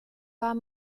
war